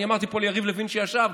אני אמרתי פה ליריב לוין, שישב,